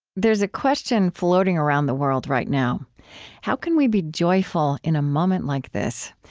there's a question floating around the world right now how can we be joyful in a moment like this?